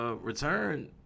return